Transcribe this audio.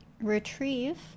Retrieve